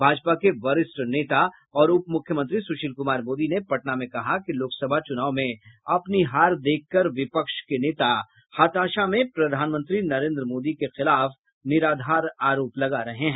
भाजपा के वरिष्ठ नेता और उपमुख्यमंत्री सुशील कुमार मोदी ने पटना में कहा कि लोकसभा चुनाव में अपनी हार देखकर विपक्ष के नेता हताशा में प्रधानमंत्री नरेन्द्र मोदी के खिलाफ निराधार आरोप लगा रहे हैं